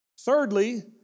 Thirdly